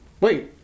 Wait